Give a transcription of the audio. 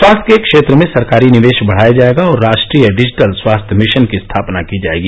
स्वास्थ्य के क्षेत्र में सरकारी निवेश बढ़ाया जायेगा और राष्ट्रीय डिजिटल स्वास्थ्य मिशन की स्थापना की जायेगी